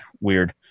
Weird